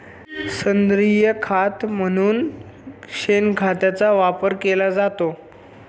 सेंद्रिय खत म्हणून शेणखताचा वापर केला जातो